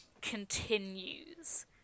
continues